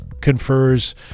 confers